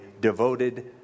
devoted